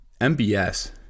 MBS